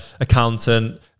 accountant